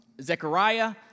Zechariah